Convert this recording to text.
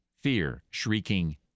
fear-shrieking